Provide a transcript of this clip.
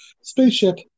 spaceship